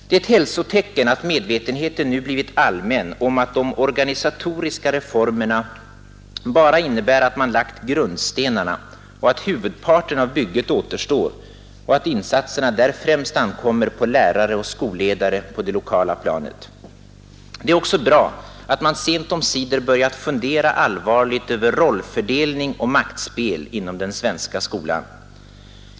Det är ett hälsotecken att medvetenheten nu blivit allmän om att de organisatoriska reformerna bara innebär att man lagt grundstenarna, att huvudparten av bygget återstår och att insatserna där främst ankommer på lärare och skolledare på det lokala planet. Det är också bra att man sent omsider börjat fundera allvarligt över rollfördelning och maktspel inom den svenska skolan.